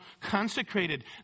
consecrated